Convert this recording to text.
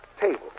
Table